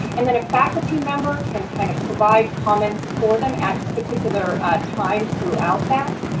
and that a faculty member can kind of provide comments for them at particular times throughout that.